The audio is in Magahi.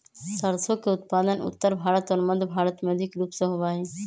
सरसों के उत्पादन उत्तर भारत और मध्य भारत में अधिक रूप से होबा हई